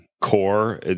core